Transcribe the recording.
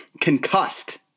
Concussed